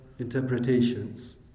interpretations